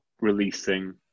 releasing